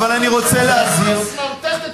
אבל אני רוצה להזהיר אבל ראש הממשלה מסמרטט את שר האוצר,